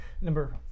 Number